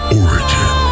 origin